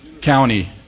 county